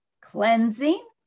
cleansing